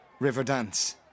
Riverdance